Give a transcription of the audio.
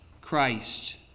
Christ